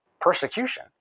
persecution